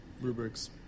rubrics